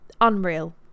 unreal